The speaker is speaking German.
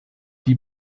die